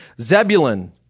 Zebulun